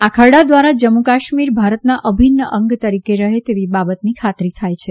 આ ખરડા દ્વારા જમ્મુકાશ્મીર ભારતના અભિન્ન અંગ તરીકે રહે તેવી બાબતની ખાતરી થાય છે